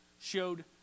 showed